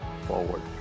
forward